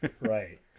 Right